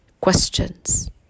questions